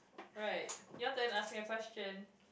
alright your turn ask me a question